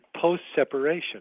post-separation